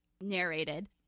narrated